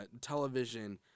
television